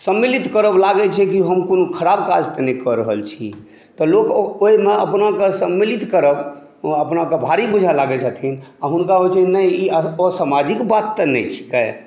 सम्मिलित करब लागैत छै की हम कोनो खराप काज तऽ नहि कऽ रहल छी तऽ लोक ओहिमऽ अपनाके सम्मिलित करब अपनाके भारी बुझा लागैत छथिन हुनका होइत छै नहि ई असामाजिक बात तऽ नहि छीकै